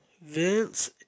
Vince